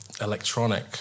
electronic